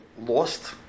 lost